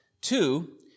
Two